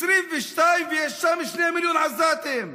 22, ויש שם 2 מיליון עזתים.